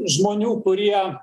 žmonių kurie